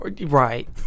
Right